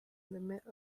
limit